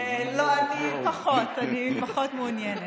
אני פחות מעוניינת.